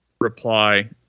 reply